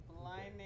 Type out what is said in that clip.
Blinding